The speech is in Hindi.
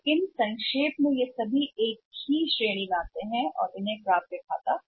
लेकिन संक्षेप में वे सभी एक ही श्रेणी के तहत वर्गीकृत कहे जाते हैं और उनके खातों को प्राप्य अधिकार कहा जाता है